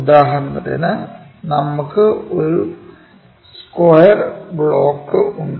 ഉദാഹരണത്തിന് നമുക്ക് ഒരു സ്ക്വയർ ബ്ലോക്ക് ഉണ്ട്